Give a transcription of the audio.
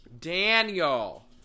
Daniel